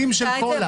הנגשה של מי שתייה.